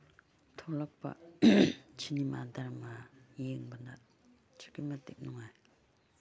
ꯊꯣꯛꯂꯛꯄ ꯁꯤꯅꯤꯃꯥ ꯗꯔꯃꯥ ꯌꯦꯡꯕꯗ ꯑꯁꯨꯛꯀꯤ ꯃꯇꯤꯛ ꯅꯨꯡꯉꯥꯏ